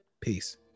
Peace